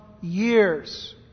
years